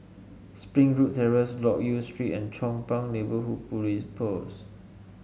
Springwood Terrace Loke Yew Street and Chong Pang Neighbourhood Police Post